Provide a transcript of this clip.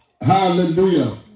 hallelujah